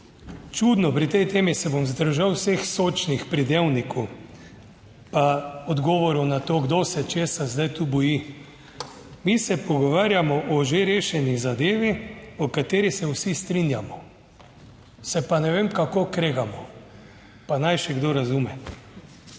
Čudno, pri tej temi se bom vzdržal vseh sočnih pridevnikov, odgovorov na to, kdo se česa zdaj tu boji. Mi se pogovarjamo o že rešeni zadevi, o kateri se vsi strinjamo, se pa ne vem kako kregamo, pa naj še kdo razume.